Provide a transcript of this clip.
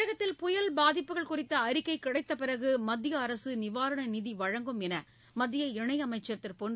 தமிழகத்தில் புயல் பாதிப்புகள் குறித்த அறிக்கை கிடைத்த பிறகு மத்திய அரசு நிவாரண நிதி வழங்கும் மத்திய இணயமைச்சர் திரு பொன்